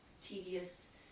tedious